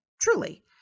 truly